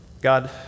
God